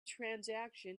transaction